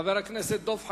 חבר הכנסת דב חנין,